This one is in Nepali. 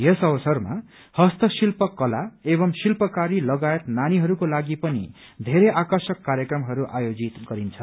यस अवसरमा हस्तशिल्प कला एवं शिल्पकारी लगायत नानीहस्क्रो लागि पनि थेरै आकर्षक कार्यक्रमहरू आयोजित गरिन्छ